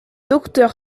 docteur